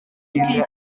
igihe